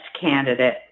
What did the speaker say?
candidate